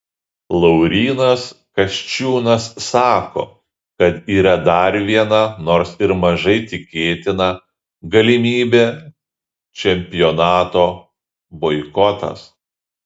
laurynas kasčiūnas sako kad yra dar viena nors ir mažai tikėtina galimybė čempionato boikotas